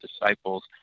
disciples